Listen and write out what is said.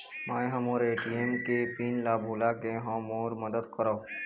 मै ह मोर ए.टी.एम के पिन ला भुला गे हों मोर मदद करौ